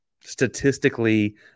statistically